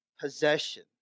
possession